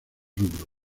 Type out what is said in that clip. rubro